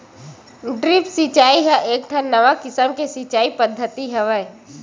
drip सिचई ह एकठन नवा किसम के सिचई पद्यति हवय